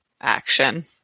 action